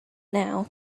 now